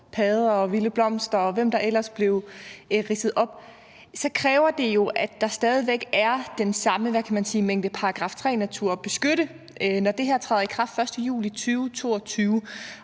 padder og vilde blomster og hvad der ellers blev ridset op, så kræver det jo, at der stadig er den samlede mængde af § 3-natur at beskytte, når det her træder i kraft 1. juli 2022.